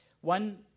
One